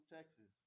Texas